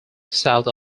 south